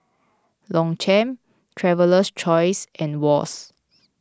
Longchamp Traveler's Choice and Wall's